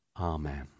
Amen